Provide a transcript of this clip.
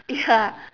ya